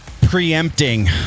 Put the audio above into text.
preempting